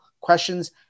Questions